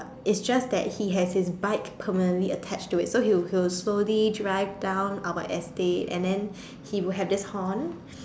it's just that he has his bike permanently attached to it so he will he will slowly drive down our estate and then he will have this Horn